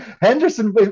Henderson